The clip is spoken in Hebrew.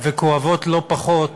וכואבות לא פחות